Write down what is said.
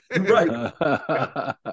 Right